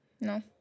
No